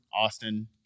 Austin